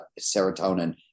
serotonin